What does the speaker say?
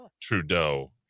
Trudeau